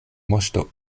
moŝto